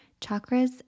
chakras